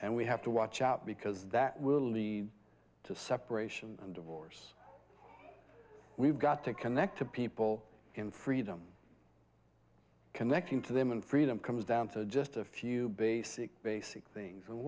and we have to watch out because that will lead to separation and divorce we've got to connect to people in freedom connecting to them and freedom comes down to just a few basic basic things and